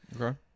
Okay